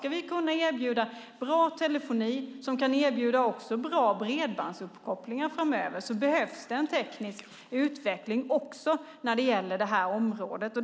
Om vi ska kunna erbjuda bra telefoni och bra bredbandsuppkopplingar framöver behövs det en teknisk utveckling också när det gäller detta område.